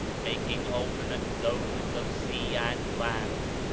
making alternate zones of sea and land,